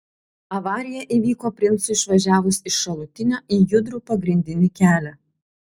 avarija įvyko princui išvažiavus iš šalutinio į judrų pagrindinį kelią